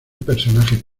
personaje